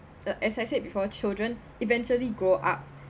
uh as I said before children eventually grow up